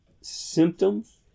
symptoms